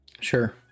Sure